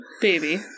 Baby